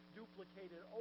duplicated